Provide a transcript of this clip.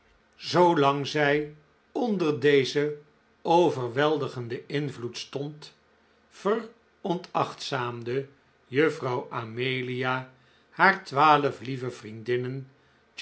zoolang zij onder dezen overweldigenden invloed stond veronachtzaamde juffrouw amelia haar twaalf lieve vriendinnen